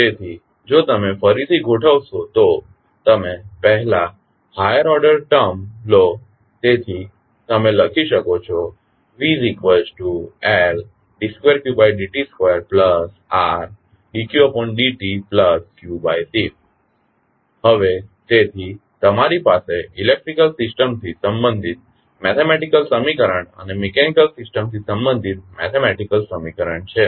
તેથી જો તમે ફરીથી ગોઠવશો તો તમે પહેલા હાયર ઓર્ડર ટર્મ લો જેથી તમે લખી શકો છો VLd 2qd t 2Rd qd tqC તેથી હવે તમારી પાસે ઇલેક્ટ્રીકલ સિસ્ટમથી સંબંધિત મેથેમેટીકલ સમીકરણ અને મિકેનીકલ સિસ્ટમથી સંબંધિત મેથેમેટીકલ સમીકરણ છે